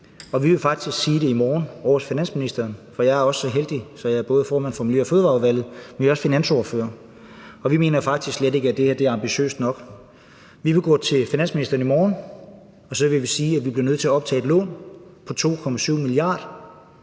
Vi vil faktisk sige det i morgen ovre hos finansministeren – for jeg er så heldig, at jeg både er formand for Miljø- og Fødevareudvalget, men jeg er også finansordfører – og vi mener faktisk slet ikke, at det her er ambitiøst nok. Vi vil gå til finansministeren i morgen, og så vil vi sige, at vi bliver nødt til at optage et lån på 2,7 mia.